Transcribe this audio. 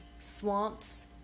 swamps